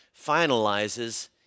finalizes